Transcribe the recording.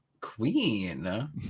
Queen